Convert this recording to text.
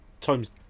time's